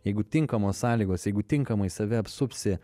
jeigu tinkamos sąlygos jeigu tinkamai save apsupsi